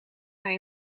hij